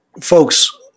Folks